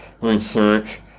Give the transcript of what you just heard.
research